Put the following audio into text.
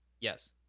Yes